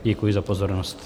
Děkuji za pozornost.